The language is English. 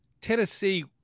Tennessee